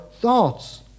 thoughts